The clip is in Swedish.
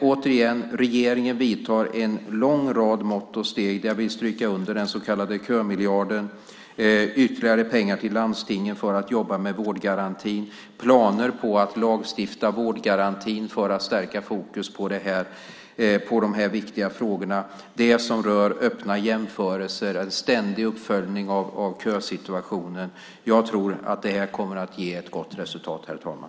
Återigen: Regeringen vidtar en lång rad mått och steg. Jag vill stryka under den så kallade kömiljarden, ytterligare pengar till landstingen för att jobba med vårdgarantin, planer för att lagstifta om vårdgarantin för att stärka fokus på de här viktiga frågorna, det som rör öppna jämförelser och en ständig uppföljning av kösituationen. Jag tror att det här kommer att ge ett gott resultat, herr talman.